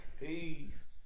Peace